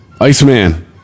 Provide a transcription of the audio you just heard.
Iceman